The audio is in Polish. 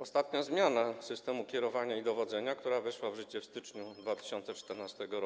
Ostatnia zmiana systemu kierowania i dowodzenia, która weszła w życie w styczniu 2014 r.,